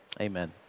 Amen